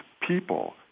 people